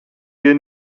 wir